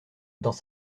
dans